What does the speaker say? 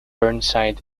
burnside